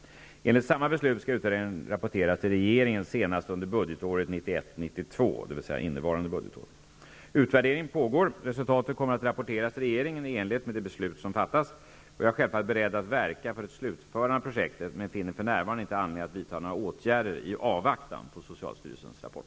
Enligt samma beslut skall utvärderingen rapporteras till regeringen senast under budgetåret 1991/92, dvs. innevarande budgetår. Utvärdering pågår. Resultatet kommer att rapporteras till regeringen i enlighet med det beslut som fattas. Jag är självfallet beredd att verka för ett slutförande av projektet, men finner för närvarande inte anledning att vidta några åtgärder i avvaktan på socialstyrelsens rapport.